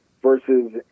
versus